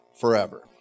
forever